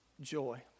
Joy